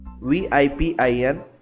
VIPIN